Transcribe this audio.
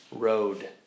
Road